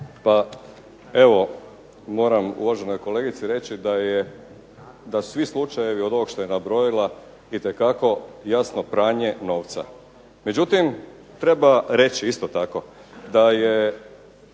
Pa evo, moram uvaženoj kolegici reći da je, da svi slučajevi od ovog što je nabrojila itekako jasno pranje novca. Međutim treba reći isto tako da je